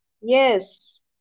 Yes